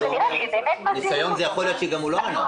כנראה שבאמת --- הניסיון זה יכול להיות שגם הוא לא ענה.